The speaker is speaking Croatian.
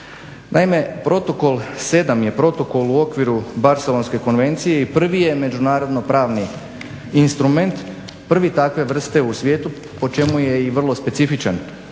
Naime, protokol 7 je protokol u okviru Barcelonske konvencije i prvi je međunarodno pravni instrument, prvi takve vrste u svijetu po čemu je i vrlo specifičan,